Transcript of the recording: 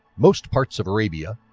most parts of arabia,